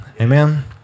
Amen